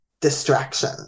distraction